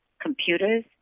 computers